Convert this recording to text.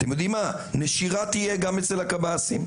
אתם יודעים מה, נשירה תהיה גם אצל הקב"סים.